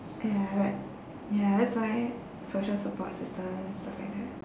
!aiya! but ya that's why social support systems